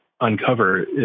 uncover